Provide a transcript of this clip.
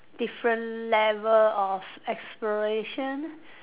different level of expression